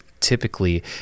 typically